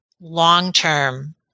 long-term